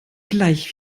gleich